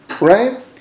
right